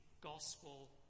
gospel